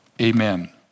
amen